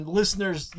listeners